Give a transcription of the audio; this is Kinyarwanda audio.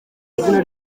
izina